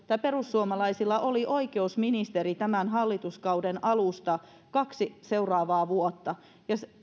perussuomalaisilla oli oikeusministeri tämän hallituskauden alusta kaksi seuraavaa vuotta ja